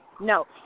No